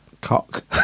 cock